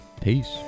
Peace